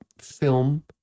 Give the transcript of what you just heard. Film